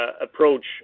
approach